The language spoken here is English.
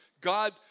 God